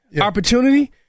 Opportunity